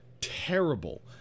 terrible